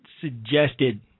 suggested